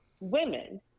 women